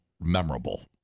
memorable